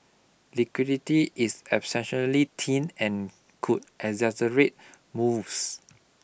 liquidity is exceptionally thin and could exaggerate moves